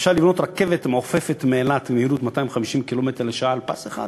אפשר לבנות רכבת מעופפת מאילת במהירות 250 קילומטר לשעה על פס אחד,